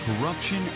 corruption